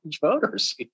voters